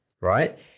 right